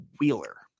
Wheeler